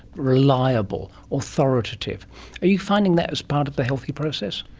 reliable, authoritative. are you finding that as part of the healthy process?